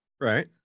Right